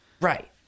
Right